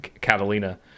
Catalina